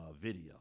video